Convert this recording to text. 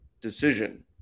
decision